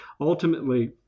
ultimately